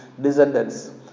descendants